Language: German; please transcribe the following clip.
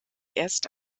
erste